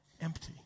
empty